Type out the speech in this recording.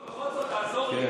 בכל זאת תעזור לי.